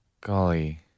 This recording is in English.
Golly